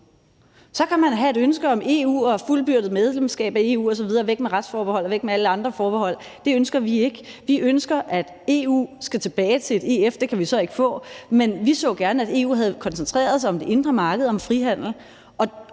Så kan man have et ønske om EU og et fuldbyrdet medlemskab af EU osv., væk med retsforbeholdet og væk med alle andre forbehold. Det ønsker vi ikke. Vi ønsker, at EU skal tilbage til et EF. Det kan vi så ikke få. Men vi så gerne, at EU havde koncentreret sig om det indre marked og om frihandel.